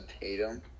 Tatum